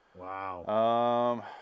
Wow